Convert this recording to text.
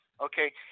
Okay